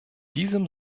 diesem